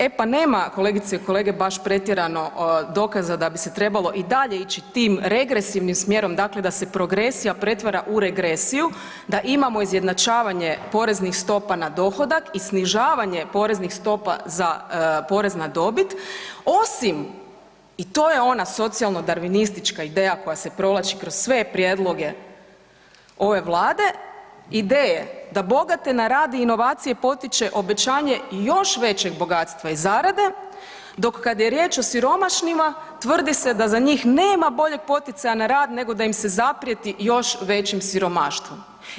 E pa nema kolegice i kolege baš pretjerano dokaza da bi se trebalo i dalje ići tim regresivnim smjerom, dakle da se progresija pretvara u regresiju da imamo izjednačavanje poreznih stopa na dohodak i snižavanje poreznih stopa za porez na dobit osim, i to je ona socijalno darvinistička ideja koja se provlači kroz sve prijedloge ove Vlade, ideje da bogati naradi inovacije potiče obećanje i još većeg bogatstva i zarade, dok kada je riječ o siromašnima tvrdi se da za njih nema boljeg poticaja na rad nego da im se zaprijeti još većim siromaštvom.